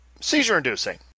seizure-inducing